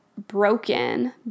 broken